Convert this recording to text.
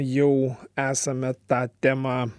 jau esame tą temą